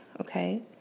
okay